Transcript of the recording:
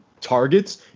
targets